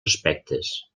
aspectes